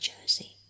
jersey